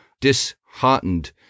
disheartened